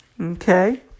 okay